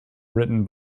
written